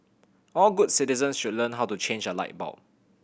all good citizens should learn how to change a light bulb